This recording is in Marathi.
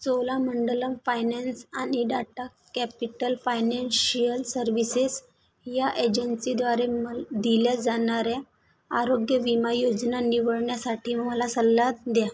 चोलामंडलम फायनॅन्स आणि डाटा कॅपिटल फायनॅन्शियल सर्विसेस या एजन्सीद्वारे मल् दिल्या जाणाऱ्या आरोग्यविमा योजना निवडण्यासाठी मला सल्ला द्या